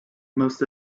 most